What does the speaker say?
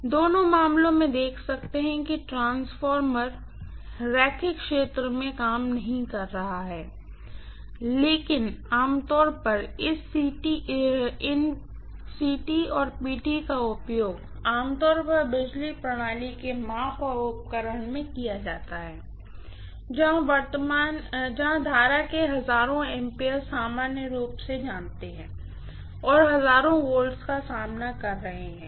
तो दोनों मामलों में देख सकते हैं कि ट्रांसफार्मर रैखिक क्षेत्र में काम नहीं कर रहा है लेकिन सामान्य तौर पर इन CT और PT का उपयोग आमतौर पर बिजली प्रणाली के माप और उपकरण में किया जाता है जहां करंट के हजारों एम्पीयर सामान्य रूप से आप जानते हैं और हजारों वोल्टेज का सामना कर रहे हैं